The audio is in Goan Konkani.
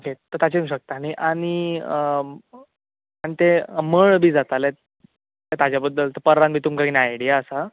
ओके तो ताचेर सोदता न्हय आनी ते मळ बी जाताले ताचे बद्दल तुमकां कितें आयडिया आसा